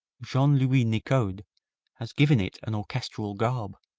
jean louis nicode has given it an orchestral garb,